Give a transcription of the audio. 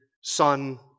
son